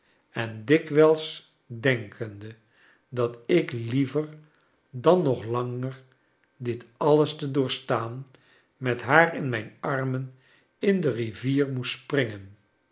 en dikwijls denkende dat ik liever dan nog langer dit alles te doorstaan met haar in mijn armen in de rivier moest springen